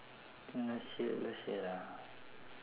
last year last year ah